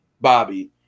Bobby